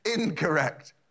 incorrect